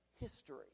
history